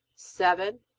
seven.